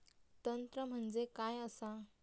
तंत्र म्हणजे काय असा?